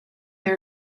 they